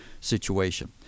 situation